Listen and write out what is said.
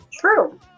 true